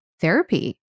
therapy